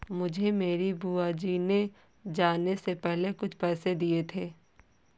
मुझे मेरी बुआ जी ने जाने से पहले कुछ पैसे दिए थे